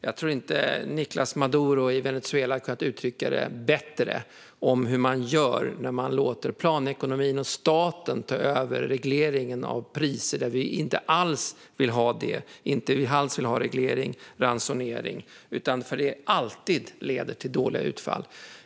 Jag tror inte att Nicolás Maduro i Venezuela bättre hade kunnat uttrycka hur man gör när man låter planekonomin och staten ta över regleringen av priser där vi inte alls vill ha reglering eller ransonering eftersom det alltid leder till dåliga utfall.